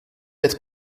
être